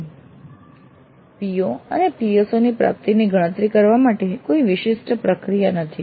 PO અને PSOની પ્રાપ્તિની ગણતરી કરવા માટે કોઈ વિશિષ્ટ પ્રક્રિયા નથી